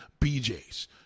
BJ's